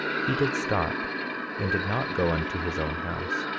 he did stop and did not go unto his own house,